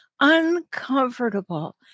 uncomfortable